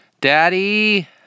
Daddy